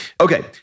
Okay